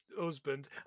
husband